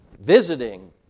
visiting